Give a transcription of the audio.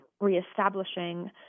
reestablishing